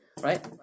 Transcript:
Right